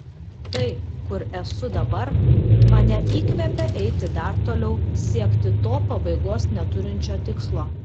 tai kur esu dabar mane įkvepia eiti dar toliau siekti to pabaigos neturinčio tikslo